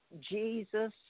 Jesus